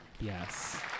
yes